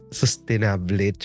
sustainable